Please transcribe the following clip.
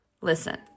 Listen